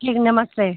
ठीक नमस्ते